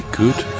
good